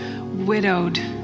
widowed